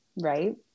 right